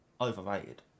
Overrated